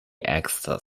axster